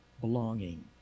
belonging